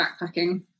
backpacking